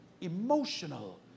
emotional